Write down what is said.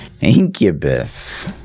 incubus